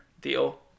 deal